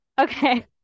Okay